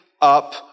up